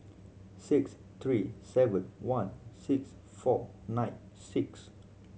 six three seven one six four nine six